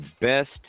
best